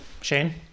Shane